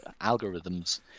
algorithms